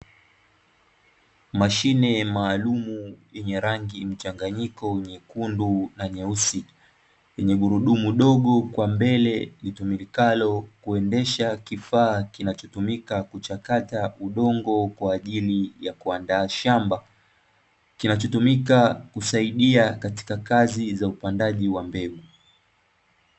Mashine maalumu yenye rangi mchanganyiko nyekundu na nyeusi, yenye gurudumu dogo kwa mbele, litumikalo kuendesha kifaa kinachotumika kuchakata udongo kwa ajili ya kuandaa shamba, kinachotumika kusaidia katika kazi za upandaji wa mbegu.